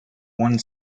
one